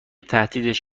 تهدیدش